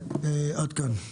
עד כאן.